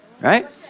right